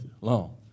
long